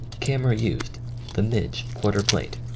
camera used the midg quarter-plate.